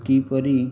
କିପରି